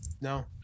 No